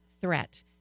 threat